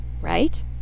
Right